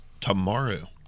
tomorrow